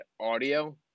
audio